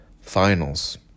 finals